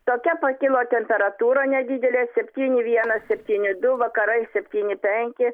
tokia pakilo temperatūra nedidelė septyni vienas septyni du vakarais septyni penki